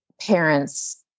parents